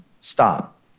stop